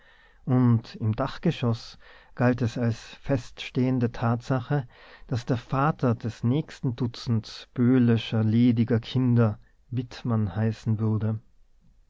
und im dachgeschoß galt es als feststehende tatsache daß der vater des nächsten dutzends böhlescher lediger kinder wittmann heißen würde